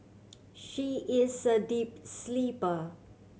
she is a deep sleeper